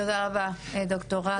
תודה רבה ד"ר רז.